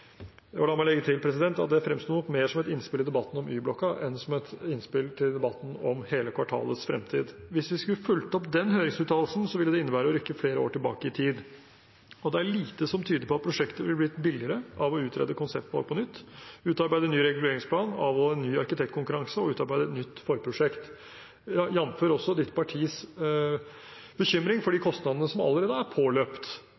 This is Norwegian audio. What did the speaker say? La meg legge til at det nok fremsto mer som et innspill i debatten om Y-blokka enn som et innspill til debatten om hele kvartalets fremtid. Hvis vi skulle fulgt opp den høringsuttalelsen, ville det innebære å rykke flere år tilbake i tid. Det er lite som tyder på at prosjektet ville blitt billigere av å utrede konseptvalg på nytt, utarbeide ny reguleringsplan, avholde ny arkitektkonkurranse og utarbeide et nytt forprosjekt, også jamfør bekymringen til representantens parti for de